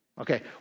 Okay